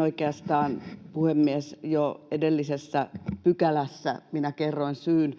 Oikeastaan, puhemies, jo edellisessä pykälässä kerroin syyn,